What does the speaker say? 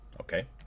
Okay